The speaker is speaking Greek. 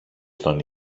στον